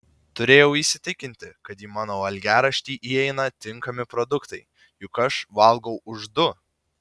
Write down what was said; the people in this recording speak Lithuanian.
turėjau įsitikinti kad į mano valgiaraštį įeina tinkami produktai juk aš valgau už du